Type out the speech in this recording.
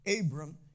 Abram